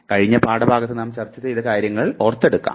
കഴിഞ്ഞ പാഠഭാഗത്ത് നാം ചർച്ചചെയ്ത കാര്യങ്ങൾ ഓർത്തെടുക്കാം